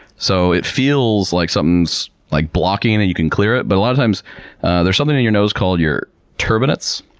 so it feels like something's like blocking and you can clear it. but a lot of times there's something in your nose called your turbinates.